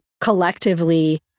collectively